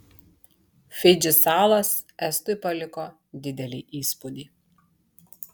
fidži salos estui paliko didelį įspūdį